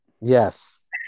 Yes